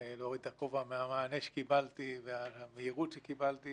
להוריד את הכובע על המענה שקיבלתי והמהירות שקיבלתי